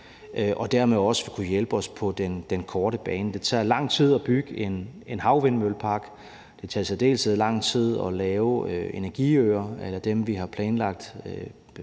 og dermed også vil kunne hjælpe os på den korte bane. Det tager lang tid at bygge en havvindmøllepark. Det tager i særdeleshed lang tid at lave energiøer a la dem, vi har planlagt